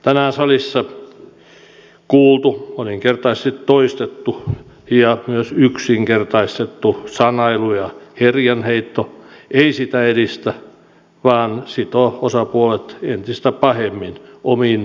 tänään salissa kuultu moninkertaisesti toistettu ja myös yksinkertaistettu sanailu ja herjanheitto ei sitä edistä vaan sitoo osapuolet entistä pahemmin omiin bunkkereihinsa